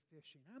fishing